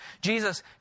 Jesus